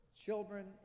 children